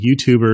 YouTubers